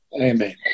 Amen